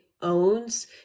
owns